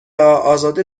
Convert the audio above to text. ها؟ ازاده